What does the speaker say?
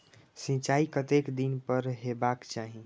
सिंचाई कतेक दिन पर हेबाक चाही?